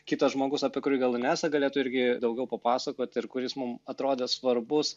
kitas žmogus apie kurį gal inesa galėtų irgi daugiau papasakot ir kuris mum atrodė svarbus